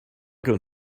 gonna